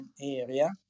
area